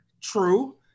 True